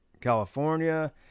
California